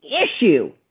issue